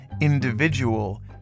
individual